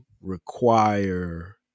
require